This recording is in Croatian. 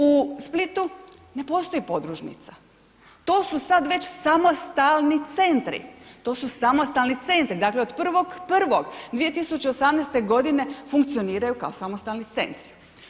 U Splitu ne postoji podružnica, to su sad već samostalni centri, to su samostalni centri, dakle od 1.1.2018. funkcioniraju kao samostalni centri.